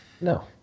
No